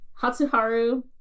Hatsuharu